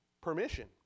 permission